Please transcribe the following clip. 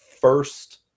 first